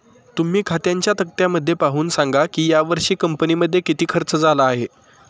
तुम्ही खात्यांच्या तक्त्यामध्ये पाहून सांगा की यावर्षी कंपनीमध्ये किती खर्च झाला आहे